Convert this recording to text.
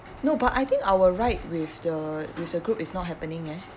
no but I think our ride with the with the group is not happening eh